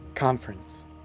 Conference